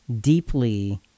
deeply